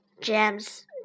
jams